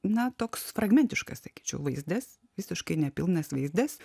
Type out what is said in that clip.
na toks fragmentiškas sakyčiau vaizdas visiškai nepilnas vaizdas